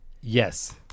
Yes